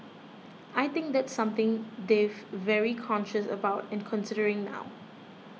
I think that's something they've very conscious about and considering now